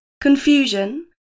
confusion